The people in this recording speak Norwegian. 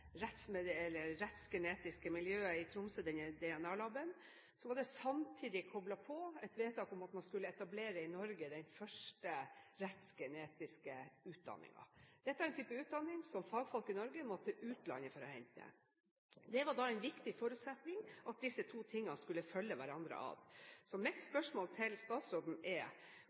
rettsgenetiske miljøet i Tromsø, denne DNA-laben, var det samtidig koblet på et vedtak om at man skulle etablere den første rettsgenetiske utdanningen i Norge. Dette er en type utdanning som fagfolk i Norge må til utlandet for å hente. Det var da en viktig forutsetning at disse to tingene skulle følge hverandre. Mitt spørsmål til statsråden er: